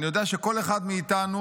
אני יודע שכל אחד מאיתנו